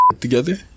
together